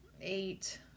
eight